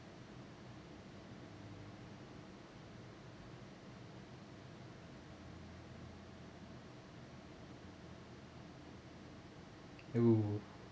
!woo!